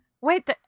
Wait